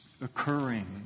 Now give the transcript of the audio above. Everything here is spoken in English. occurring